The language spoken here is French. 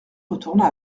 retourna